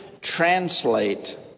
translate